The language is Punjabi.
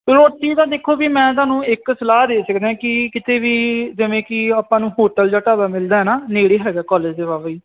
ਰੋਟੀ ਤਾਂ ਦੇਖੋ ਵੀ ਮੈਂ ਤੁਹਾਨੂੰ ਇੱਕ ਸਲਾਹ ਦੇ ਸਕਦਾ ਕਿ ਕਿਤੇ ਵੀ ਜਿਵੇਂ ਕਿ ਆਪਾਂ ਨੂੰ ਹੋਟਲ ਜਾਂ ਢਾਬਾ ਮਿਲਦਾ ਨਾ ਨੇੜੇ ਹੈਗਾ ਕਾਲਜ ਦੇ ਵਾਹਵਾ ਹੀ